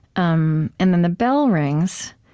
um and then the bell rings,